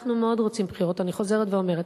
אנחנו מאוד רוצים בחירות, אני חוזרת ואומרת.